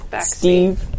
Steve